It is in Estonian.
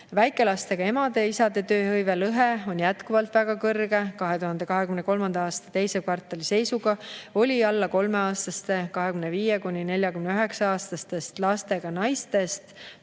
Väikelastega emade ja isade tööhõive lõhe on jätkuvalt väga kõrge. 2023. aasta teise kvartali seisuga oli alla 3-aastaste lastega 25–49-aastastest naistest